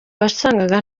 wasangaga